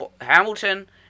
Hamilton